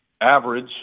average